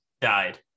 died